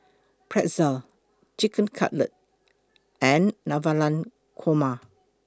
Pretzel Chicken Cutlet and Navratan Korma